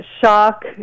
shock